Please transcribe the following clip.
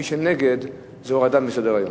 מי שנגד, זה הורדה מסדר-היום.